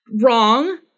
Wrong